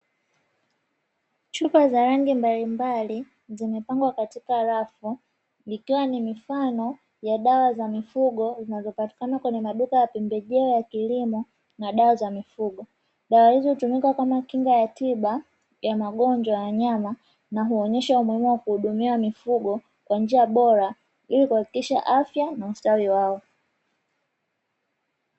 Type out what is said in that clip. Chupa za rangi mbalimbali zimepangwa katika rafu, ikiwa ni mifano ya dawa za mifugo zinazopatikana kwenye maduka ya pembejeo ya kilimo na dawa za mifugo. Dawa hizo hutumika kama kinga ya tiba, ya magonjwa ya wanyama na huonyesha umuhimu wa kuhudumia mifugo kwa njia bora ili kuhakikisha afya na ustawi wao.